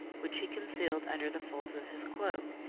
which he concealed under the folds of his cloak,